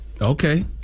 Okay